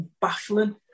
baffling